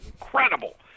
incredible